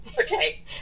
Okay